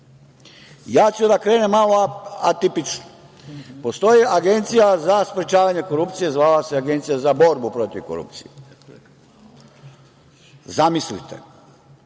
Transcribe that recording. poslednju. Krenuću malo atipično. Postoji Agencija za sprečavanje korupcije, zvala se Agencija za borbu protiv korupcije. Zamislite,